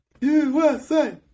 USA